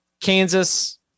Kansas